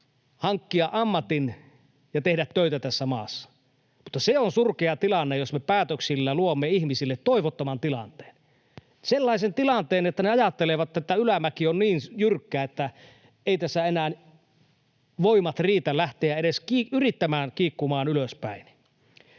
hankkia ammatin ja tehdä töitä tässä maassa, mutta se on surkea tilanne, jos me päätöksillä luomme ihmisille toivottoman tilanteen, sellaisen tilanteen, että he ajattelevat, että ylämäki on niin jyrkkä, että eivät tässä enää voimat riitä lähteä edes yrittämään kiikkumaan ylöspäin.